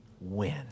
win